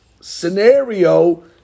scenario